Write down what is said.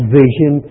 vision